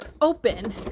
open